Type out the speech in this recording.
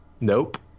nope